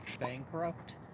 bankrupt